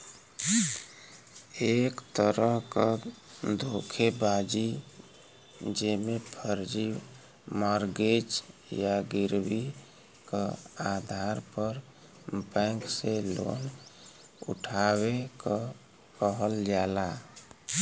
एक तरह क धोखेबाजी जेमे फर्जी मॉर्गेज या गिरवी क आधार पर बैंक से लोन उठावे क कहल जाला